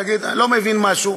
לא מבין משהו,